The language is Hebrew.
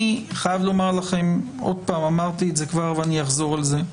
אני חייב לומר לכם ואמרתי את זה כבר ואני אחזור על זה: